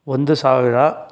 ಒಂದು ಸಾವಿರ